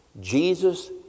Jesus